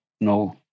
no